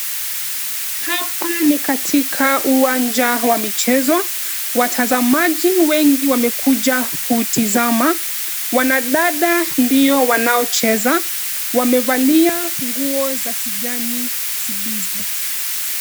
Hapa ni katika uwanja wa michezo, watazamaji wengi wamekuja kutazama. Wanadada ndio wanaocheza, wamevalia nguo za kijani kibivu.